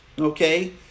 Okay